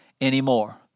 anymore